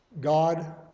God